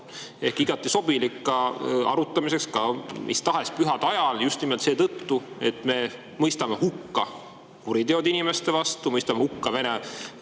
ehk igati sobilik arutamiseks ka mis tahes pühade ajal, just nimelt seetõttu, et me mõistame hukka kuriteod inimeste vastu, mõistame hukka